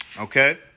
Okay